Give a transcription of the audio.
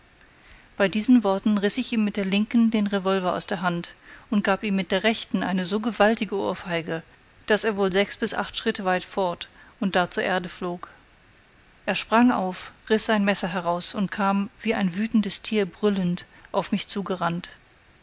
bei diesen worten riß ich ihm mit der linken den revolver aus der hand und gab ihm mit der rechten eine so gewaltige ohrfeige daß er wohl sechs bis acht schritte weit fort und da zur erde flog er sprang auf riß sein messer heraus und kam wie ein wütendes tier brüllend auf mich zugerannt